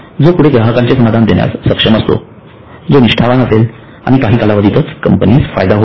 जो पुढे ग्राहकांचे समाधान देण्यास सक्षम असेल जो निष्ठावान असेल आणि काही कालावधीतच कंपनीस फायदा होईल